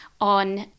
on